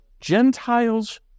Gentiles